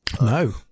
no